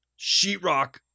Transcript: sheetrock